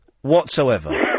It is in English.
whatsoever